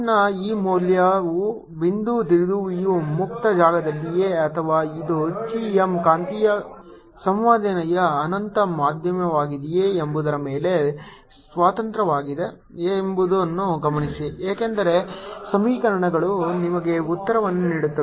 rr mr3 H ನ ಈ ಮೌಲ್ಯವು ಬಿಂದು ದ್ವಿಧ್ರುವಿಯು ಮುಕ್ತ ಜಾಗದಲ್ಲಿದೆಯೇ ಅಥವಾ ಇದು chi M ಕಾಂತೀಯ ಸಂವೇದನೆಯ ಅನಂತ ಮಾಧ್ಯಮವಾಗಿದೆಯೇ ಎಂಬುದರ ಮೇಲೆ ಸ್ವತಂತ್ರವಾಗಿದೆ ಎಂಬುದನ್ನು ಗಮನಿಸಿ ಏಕೆಂದರೆ ಸಮೀಕರಣಗಳು ನಿಮಗೆ ಉತ್ತರವನ್ನು ನೀಡುತ್ತವೆ